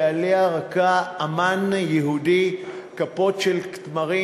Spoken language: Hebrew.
שעליה רקע אמן יהודי כפות של תמרים.